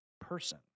person